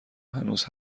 هنوز